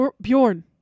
Bjorn